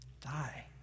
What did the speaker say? die